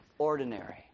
ordinary